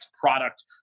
product